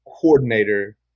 coordinator